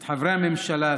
את חברי הממשלה הזאת,